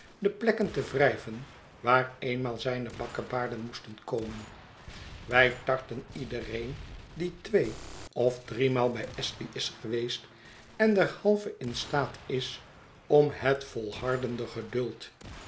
de plekken te wrijven waar eenmaal zijne bakkebaarden moesten komen wij tarten iedereen die twee of driemaal bij astley is geweest en derhalve in staatis om het volhardende geduld